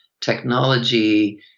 technology